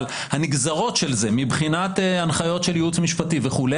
אבל הנגזרות של זה מבחינת הנחיות של ייעוץ משפטי וכו',